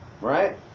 right